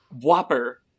Whopper